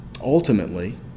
Ultimately